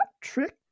trick